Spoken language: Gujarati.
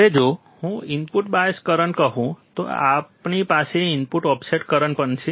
હવે જો હું ઇનપુટ બાયસ કરંટ કહું તો આપણી પાસે ઇનપુટ ઓફસેટ કરંટ પણ છે